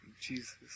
Jesus